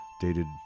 dated